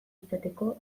izateko